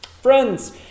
Friends